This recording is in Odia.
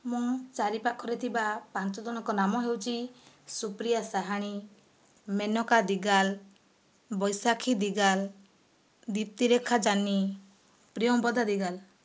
ମୋ ଚାରି ପାଖରେ ଥିବା ପାଞ୍ଚ ଜଣଙ୍କ ନାମ ହେଉଛି ସୁପ୍ରିୟା ସାହାଣି ମେନକା ଦିଗାଲ ବୈଶାଖୀ ଦିଗାଲ ଦିପ୍ତିରେଖା ଜାନି ପ୍ରିୟମ୍ବଦା ଦିଗାଲ